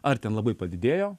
ar ten labai padidėjo